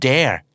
Dare